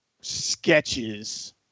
sketches